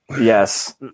Yes